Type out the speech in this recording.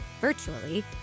virtually